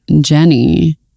Jenny